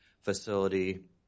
facility